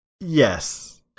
Yes